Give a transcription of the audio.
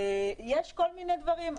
יש כל מיני דברים.